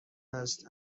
است